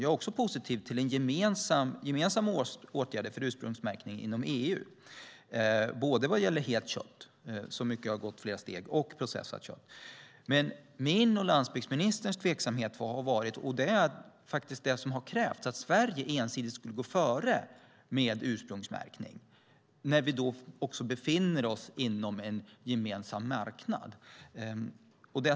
Jag är också positiv till gemensamma åtgärder för ursprungsmärkning inom EU, både vad gäller helt kött och processat kött. Men min och landsbygdsministerns tveksamhet har varit kravet att Sverige ensidigt ska gå före med ursprungsmärkning när vi befinner oss på en gemensam marknad.